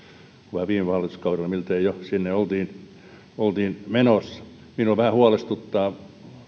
vaan viime hallituskaudella miltei jo sinne oltiin oltiin menossa minua vähän huolestuttaa